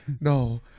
no